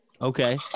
Okay